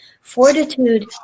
Fortitude